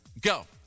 go